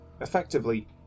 effectively